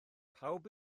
pawb